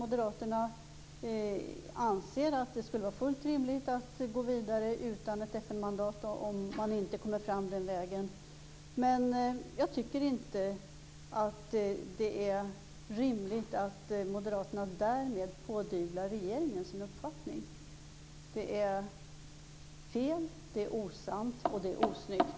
Moderaterna anser att det skulle vara fullt rimligt att gå vidare utan ett FN-mandat om man inte kommer fram den vägen. Men jag tycker inte att det är rimligt att moderaterna därmed pådyvlar regeringen sin uppfattning. Det är fel, det är osant och det är osnyggt.